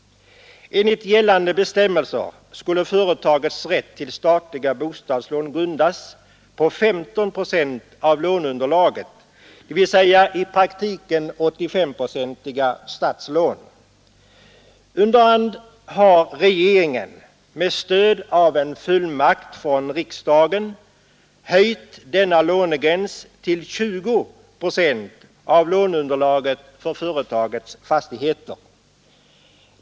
Enligt gällande bestämmelser skulle företagets rätt till statliga bostadslån grundas på 15 procent av låneunderlaget — dvs. i praktiken 85-procentiga statslån. Under hand har regeringen med stöd av en fullmakt från riksdagen höjt denna lånegräns till 20 procent av låneunderlaget för företagets fastigheter.